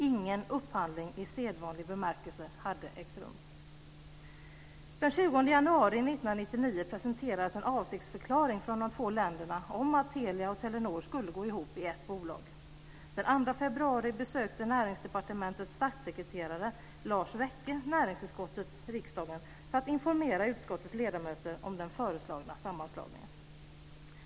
Ingen upphandling i sedvanlig bemärkelse hade ägt rum. Den 20 januari 1999 presenterades en avsiktsförklaring från de två länderna om att Telia och Telenor skulle gå ihop i ett bolag. Den 2 februari besökte Näringsdepartementets statssekreterare Lars Rekke näringsutskottet i riksdagen för att informera utskottets ledamöter om den föreslagna sammanslagningen.